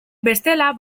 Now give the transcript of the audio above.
bestela